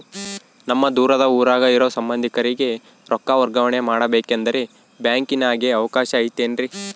ನಮ್ಮ ದೂರದ ಊರಾಗ ಇರೋ ಸಂಬಂಧಿಕರಿಗೆ ರೊಕ್ಕ ವರ್ಗಾವಣೆ ಮಾಡಬೇಕೆಂದರೆ ಬ್ಯಾಂಕಿನಾಗೆ ಅವಕಾಶ ಐತೇನ್ರಿ?